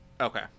Okay